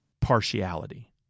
partiality